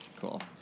Cool